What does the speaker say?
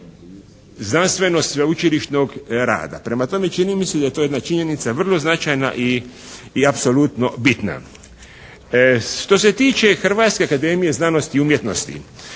znanstveno-sveučilišnog rada. Prema tome, čini mi se da je to jedna činjenica vrlo značajna i apsolutno bitna. Što se tiče Hrvatske akademije znanosti i umjetnosti